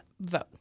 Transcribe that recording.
vote